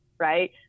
right